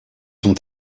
ont